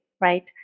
right